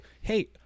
hey